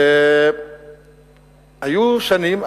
היו שנים,